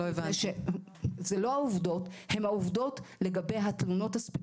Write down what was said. אלה העובדות לגבי התלונות הספציפיות.